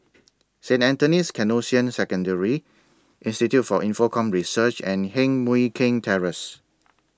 Saint Anthony's Canossian Secondary Institute For Infocomm Research and Heng Mui Keng Terrace